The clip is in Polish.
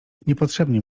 niepotrzebnie